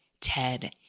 Ted